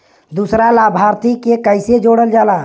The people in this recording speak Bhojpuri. दूसरा लाभार्थी के कैसे जोड़ल जाला?